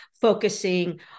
focusing